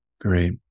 Great